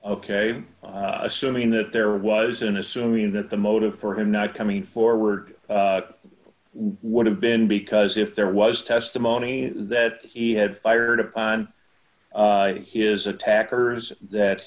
ok assuming that there was an assuming that the motive for him not coming forward would have been because if there was testimony that he had fired upon his attackers that